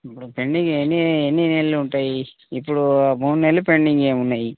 ఇప్పుడు పెండింగ్ ఎన్ని ఎన్ని నెలలు ఉంటాయి ఇప్పుడు మూడు నెలలు పెండింగే ఉన్నాయి